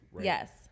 yes